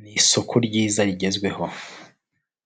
ni isoko ryiza rigezweho.